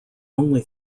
only